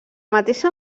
mateixa